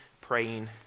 praying